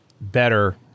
better